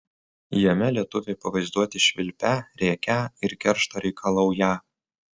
jame lietuviai pavaizduoti švilpią rėkią ir keršto reikalaują